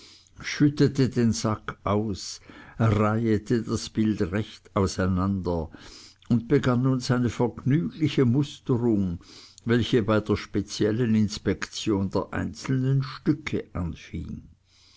schüttete den sack aus reihete das bild recht auseinander und begann nun eine vergnügliche musterung welche bei der speziellen inspektion der einzelnen stücke